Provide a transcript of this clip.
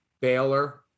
Baylor